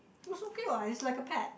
it's okay what it's like a pet